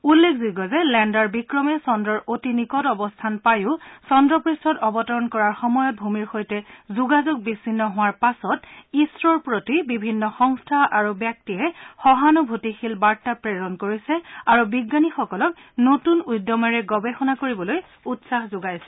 উল্লেখযোগ্য যে লেণ্ডাৰ বিক্ৰমে চন্দ্ৰৰ অতি নিকট অৱস্থান পায়ো চন্দ্ৰপৃষ্ঠত অৱতৰণ কৰাৰ সময়ত ভূমিৰ সৈতে যোগাযোগ বিচ্ছিন্ন হোৱাৰ পাছত ইছৰ'ৰ প্ৰতি বিভিন্ন সংস্থা আৰু ব্যক্তিয়ে সহানুভূতিশীল বাৰ্তা প্ৰেৰণ কৰিছে আৰু বিজ্ঞানীসকলক নতুন উদ্যমৰে গৱেষণা কৰিবলৈ উৎসাহ যোগাইছে